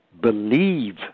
believe